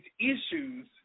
issues